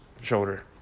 shoulder